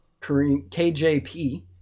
KJP